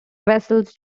vessels